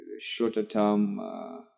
shorter-term